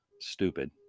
stupid